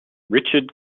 richard